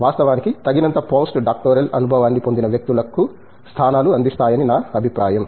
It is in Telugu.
వాస్తవానికి తగినంత పోస్ట్డాక్టోరల్ అనుభవాన్ని పొందిన వ్యక్తులకు స్థానాలు అందిస్తాయని నా అభిప్రాయం